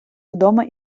вдома